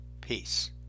peace